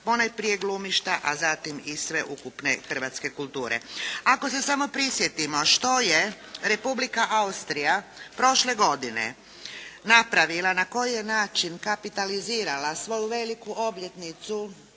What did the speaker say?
ponajprije glumišta, a zatim i sveukupne hrvatske kulture. Ako se samo prisjetimo što je Republika Austrija prošle godine napravila, na koji je način kapitalizirala svoju veliku obljetnicu